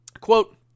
Quote